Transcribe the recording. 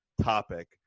topic